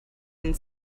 and